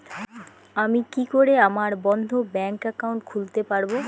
আমি কি করে আমার বন্ধ ব্যাংক একাউন্ট খুলতে পারবো?